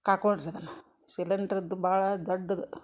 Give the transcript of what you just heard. ಕಾ ಕೊಳ್ರಿ ಅದನ್ನು ಸಿಲಿಂಡ್ರಿದ್ದು ಭಾಳ ದೊಡ್ಡದು